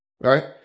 right